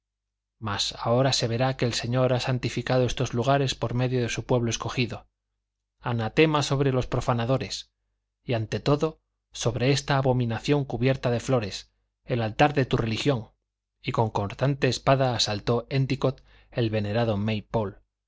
mas ahora se verá que el señor ha santificado estos lugares por medio de su pueblo escogido anatema sobre los profanadores y ante todo sobre esta abominación cubierta de flores el altar de tu religión y con su cortante espada asaltó éndicott el venerado